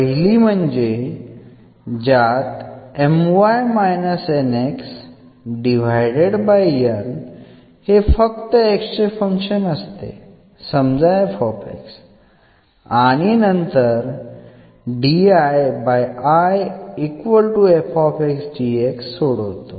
पहिली म्हणजे ज्यात हे फक्त x चे फंक्शन असते समजा f आणि नंतर आपण सोडवतो